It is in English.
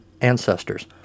ancestors